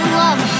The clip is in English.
love